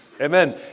Amen